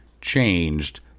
changed